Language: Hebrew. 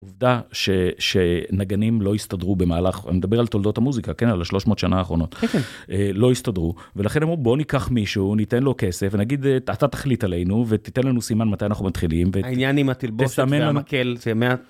עובדה שנגנים לא הסתדרו במהלך אני מדבר על תולדות המוזיקה כן? על 300 שנה האחרונות. לא הסתדרו, ולכן אמרו בוא ניקח מישהו ניתן לו כסף ונגיד אתה תחליט עלינו ותתן לנו סימן מתי אנחנו מתחילים, והעניין עם התלבושת - תסמן לנו - והמקל זה מה?